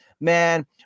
man